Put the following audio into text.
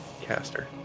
Caster